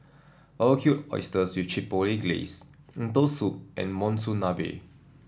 Barbecued Oysters with Chipotle Glaze Lentil Soup and Monsunabe